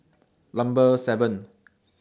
Number seven